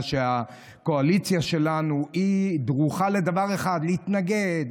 שהקואליציה שלנו דרוכה לדבר אחד: להתנגד.